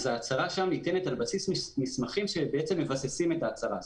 אז ההצהרה שם ניתנת על בסיס מסמכים שבעצם מבססים את ההצהרה הזאת.